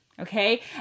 Okay